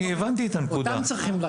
אני הבנתי את הנקודה.